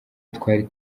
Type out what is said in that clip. twari